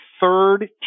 third